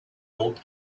old